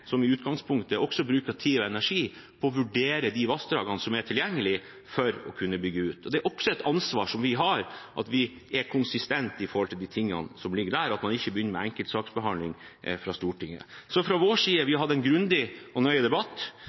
som i utgangspunktet også bruker tid og energi på å vurdere de vassdragene som er tilgjengelig for å kunne bygges ut. Det er også et ansvar vi har, at vi er konsistente når det gjelder dette, og at man ikke begynner med enkeltsaksbehandling fra Stortinget. Fra vår side har vi hatt en grundig og nøye debatt